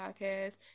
Podcast